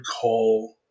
call